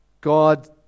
God